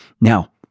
Now